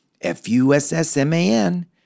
F-U-S-S-M-A-N